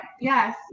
Yes